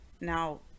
Now